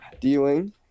Dealing